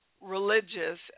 religious